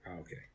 Okay